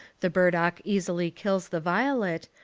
the burdock easily kills the violet,